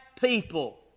people